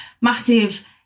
massive